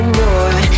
more